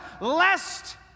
lest